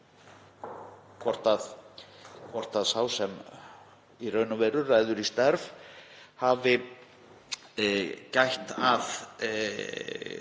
hvort sá sem í raun og veru ræður í starf hafi gætt að